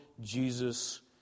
Jesus